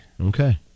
Okay